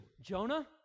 Jonah